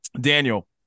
Daniel